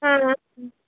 হ্যাঁ হ্যাঁ